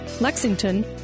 Lexington